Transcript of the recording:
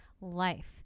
life